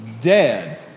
dead